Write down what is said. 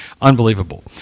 Unbelievable